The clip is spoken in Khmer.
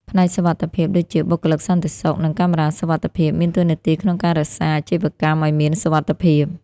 ផ្នែកសុវត្ថិភាពដូចជាបុគ្គលិកសន្តិសុខ និងកាមេរ៉ាសុវត្ថិភាព មានតួនាទីក្នុងការរក្សាអាជីវកម្មឲ្យមានសុវត្ថិភាព។